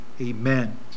Amen